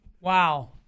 Wow